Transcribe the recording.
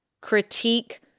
critique